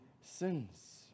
sins